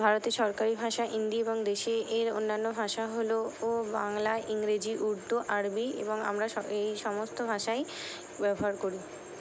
ভারতের সরকারি ভাষা হিন্দি এবং দেশে এর অন্যান্য ভাষা হলো ও বাংলা ইংরেজি উর্দু আরবি এবং আমরা এই সমস্ত ভাষাই ব্যবহার করি